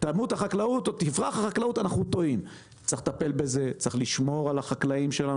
אין קשר לקואליציה